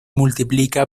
multiplica